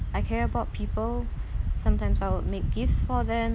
I care about people sometimes I'll make gifts for them